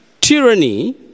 Tyranny